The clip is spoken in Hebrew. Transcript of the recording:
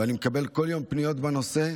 ואני מקבל כל יום פניות בנושא.